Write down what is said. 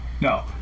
No